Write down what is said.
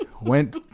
Went